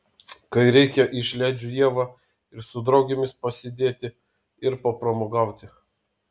kai reikia išleidžiu ievą ir su draugėmis pasėdėti ir papramogauti